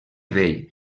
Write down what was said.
vell